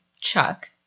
Chuck